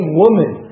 woman